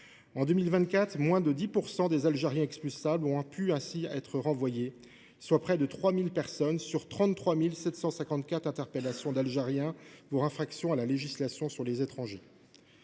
En 2024, moins de 10 % des Algériens expulsables ont pu être renvoyés dans leur pays, soit près de 3 000 personnes sur 33 754 interpellations pour infraction à la législation sur les étrangers.